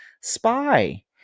spy